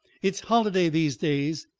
it's holiday these days.